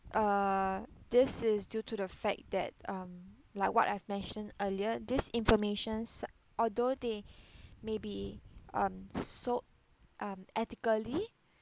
uh this is due to the fact that um like what I've mentioned earlier this informations although they may be um so um ethically